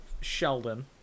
Sheldon